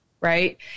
right